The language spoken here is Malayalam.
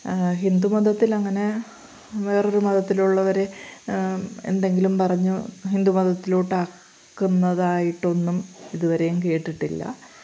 ഹിന്ദുമതത്തിലങ്ങനെ വേറൊരു മതത്തിലുള്ളവരെ എന്തെങ്കിലും പറഞ്ഞ് ഹിന്ദു മതത്തിലോട്ട് ആക്കുന്നതായിട്ടൊന്നും ഇതുവരെയും കേട്ടിട്ടില്ല